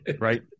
right